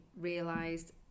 realised